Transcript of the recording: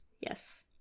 Yes